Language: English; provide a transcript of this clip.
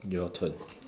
your turn